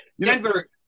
Denver